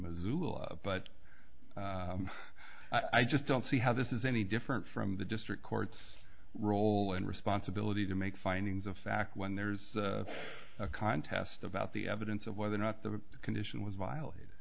missoula but i just don't see how this is any different from the district court's role and responsibility to make findings of fact when there's a contest about the evidence of whether or not the condition was violated